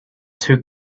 two